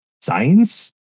science